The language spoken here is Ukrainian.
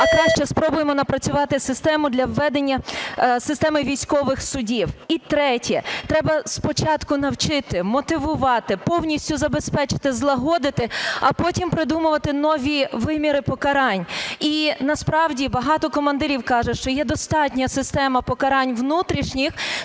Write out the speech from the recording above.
а краще спробуємо напрацювати систему для введення системи військових судів. І третє. Треба спочатку навчити мотивувати, повністю забезпечити, злагодити, а потім придумувати нові виміри покарань. І насправді багато командирів каже, що є достатня система покарань внутрішніх,